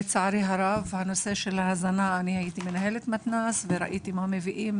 אני הייתי מנהלת מתנ״ס וראיתי איזה אוכל מביאים